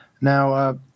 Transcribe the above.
Now